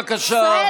בבקשה.